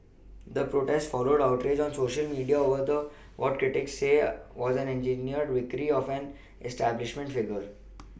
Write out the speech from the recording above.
the protest followed outrage on Social media over what critics say was the engineered victory of an establishment figure